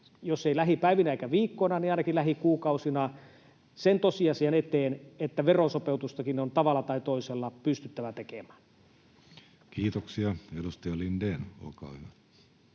jos ei lähipäivinä eikä -viikkoina niin ainakin lähikuukausina — sen tosiasian eteen, että verosopeutustakin on tavalla tai toisella pystyttävä tekemään. Kiitoksia. — Edustaja Lindén, olkaa hyvä.